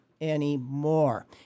anymore